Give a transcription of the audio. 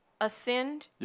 ascend